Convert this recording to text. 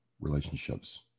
relationships